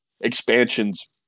expansions